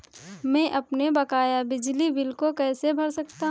मैं अपने बकाया बिजली बिल को कैसे भर सकता हूँ?